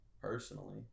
personally